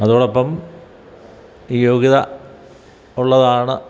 അതോടൊപ്പം ഈ യോഗ്യത ഉള്ളതാണ്